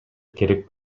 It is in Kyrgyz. керек